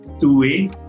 two-way